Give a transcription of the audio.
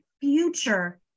future